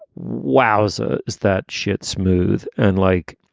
wowser. is that shit smooth and like.